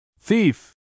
Thief